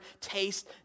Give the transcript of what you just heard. taste